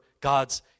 God's